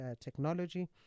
technology